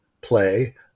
play